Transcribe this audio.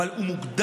אבל הוא מוגדר.